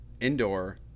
indoor